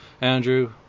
Andrew